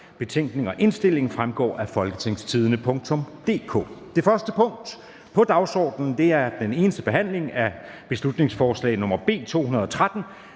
Betænkningen og indstillingen fremgår af www.folketingstidende.dk. --- Det første punkt på dagsordenen er: 1) Eneste behandling af beslutningsforslag nr. B 213: